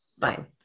fine